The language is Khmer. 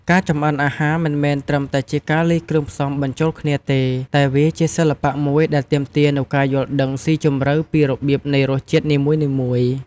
ការចម្អិនអាហារមិនមែនត្រឹមតែជាការលាយគ្រឿងផ្សំបញ្ចូលគ្នាទេ តែវាជាសិល្បៈមួយដែលទាមទារនូវការយល់ដឹងស៊ីជម្រៅពីរបៀបនៃរសជាតិនីមួយៗ។